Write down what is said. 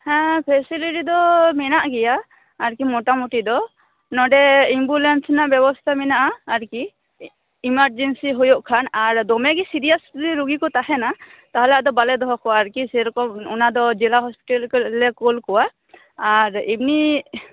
ᱦᱮᱸ ᱯᱷᱮᱥᱮᱞᱤᱴᱤ ᱫᱚ ᱢᱮᱱᱟᱜ ᱜᱮᱭᱟ ᱟᱨᱠᱤ ᱢᱳᱴᱟ ᱢᱩᱴᱤ ᱫᱚ ᱱᱚᱰᱮ ᱮᱢᱵᱩᱞᱮᱱᱥ ᱨᱮᱱᱟᱜ ᱵᱮᱵᱚᱥᱛᱟ ᱢᱮᱱᱟᱜᱼᱟ ᱟᱨᱠᱤ ᱮᱢᱟᱨᱡᱮᱱᱥᱤ ᱦᱩᱭᱩᱜ ᱠᱷᱟᱱ ᱟᱨ ᱫᱚᱢᱮ ᱜᱮ ᱥᱤᱨᱤᱭᱟᱥ ᱡᱩᱫᱤ ᱨᱩᱜᱤ ᱠᱚ ᱛᱟᱦᱮᱱᱟ ᱛᱟᱦᱚᱞᱮ ᱟᱫᱚ ᱵᱟᱞᱮ ᱫᱚᱦᱚ ᱠᱚᱣᱟ ᱟᱨᱠᱤ ᱥᱮᱨᱚᱠᱚᱢ ᱚᱱᱟ ᱫᱚ ᱡᱮᱞᱟ ᱦᱳᱥᱯᱤᱴᱟᱞ ᱠᱚᱨᱮ ᱞᱮ ᱠᱳᱞ ᱠᱚᱣᱟ ᱟᱨ ᱮᱢᱱᱤ